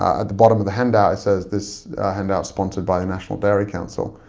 at the bottom of the handout it says, this handout sponsored by a national dairy council.